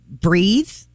breathe